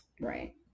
Right